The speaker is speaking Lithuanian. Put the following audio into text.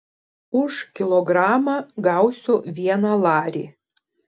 už kilogramą gausiu vieną larį